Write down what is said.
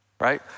right